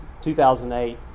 2008